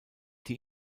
die